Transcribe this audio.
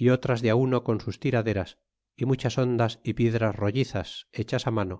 y otras de á uno con sus tiraderas y muchas ondas y piedras rollizas hechas á mano